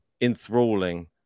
enthralling